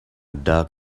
doug